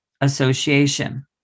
association